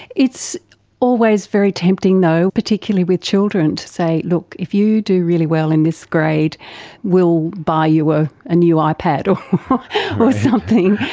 it's always very tempting though, particularly with children, to say, look, if you do really well in this grade, we will buy you a new ah ipad or something.